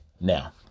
Now